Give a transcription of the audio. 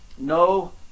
No